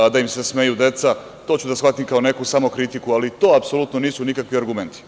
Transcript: A, da im se smeju deca, to ću da shvatim kao neku samokritiku, ali to apsolutno nisu nikakvi argumenti.